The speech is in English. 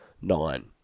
nine